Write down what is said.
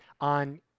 on